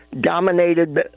dominated